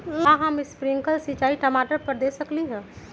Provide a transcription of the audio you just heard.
का हम स्प्रिंकल सिंचाई टमाटर पर दे सकली ह?